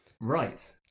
Right